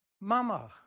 Mama